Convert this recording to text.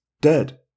dead